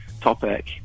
topic